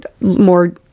more